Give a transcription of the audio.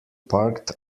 parked